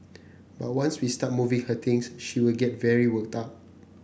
but once we start moving her things she will get very worked up